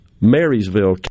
Marysville